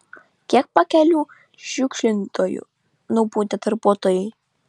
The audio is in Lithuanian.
kiek pakelių šiukšlintojų nubaudė darbuotojai